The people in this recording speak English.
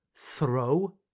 Throw